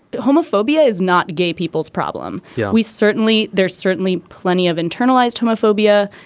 homophobia is not gay people's problem. yeah we certainly there's certainly plenty of internalized homophobia.